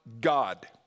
God